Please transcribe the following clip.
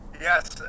Yes